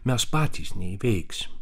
mes patys neįveiksim